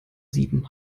sieben